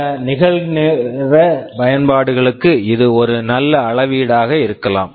பல நிகழ்நேர பயன்பாடுகளுக்கு இது ஒரு நல்ல அளவீடாக இருக்கலாம்